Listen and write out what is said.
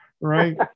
Right